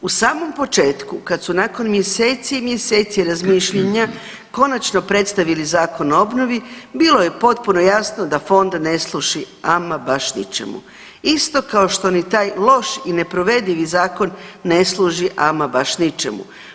U samom početku kad su nakon mjeseci i mjeseci razmišljanja konačno predstavili Zakon o obnovi bilo je potpuno jasno da fond ne služi ama baš ničemu, isto kao što ni taj loš i neprovedivi zakon ne služi ama baš ničemu.